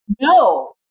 No